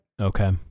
Okay